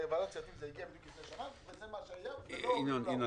בוועדת הכספים זה הגיע בדיוק לפני שנה וזה מה שהיה ולא --- ינון,